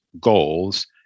goals